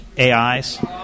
AIs